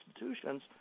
institutions